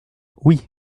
oui